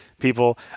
people